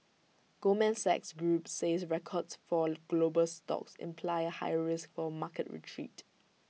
Goldman Sachs group says records for global stocks imply A higher risk for A market retreat